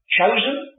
chosen